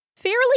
fairly